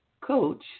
Coach